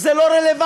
זה לא רלוונטי.